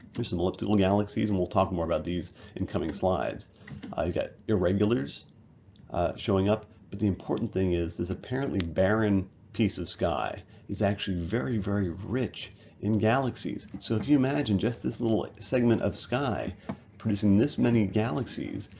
there's some elliptical galaxies and we'll talk more about these in coming slides. you got irregulars showing up, but the important thing is this apparently barren piece of sky is actually very very rich in galaxies ss so if you imagine just this little segment of sky producing this many galaxies,